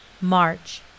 March